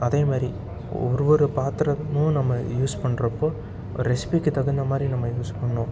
அதே மாதிரி ஒரு ஒரு பாத்திரமும் நம்ம யூஸ் பண்ணுறப்போ ரெஸிப்பிக்கு தகுந்த மாதிரி நம்ம யூஸ் பண்ணனும்